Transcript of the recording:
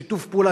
שיתוף פעולה,